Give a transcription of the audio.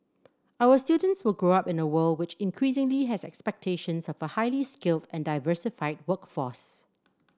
our students will grow up in a world which increasingly has expectations of a highly skilled and diversified workforce